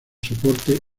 soporte